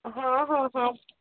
ହଁ ହଁ ହଁ